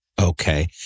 Okay